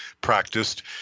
practiced